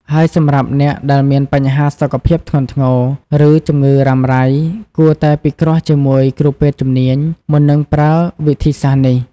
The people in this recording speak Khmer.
ហើយសម្រាប់អ្នកដែលមានបញ្ហាសុខភាពធ្ងន់ធ្ងរ ឬជំងឺរ៉ាំរ៉ៃ គួរតែពិគ្រោះជាមួយគ្រូពេទ្យជំនាញ មុននឹងប្រើប្រាស់វិធីសាស្ត្រនេះ។